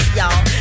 y'all